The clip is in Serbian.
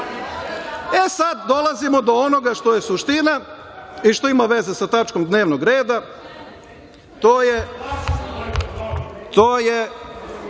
pretite. Dolazimo do onoga što je suština i što ima veze sa tačkom dnevnog reda. To je